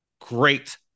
Great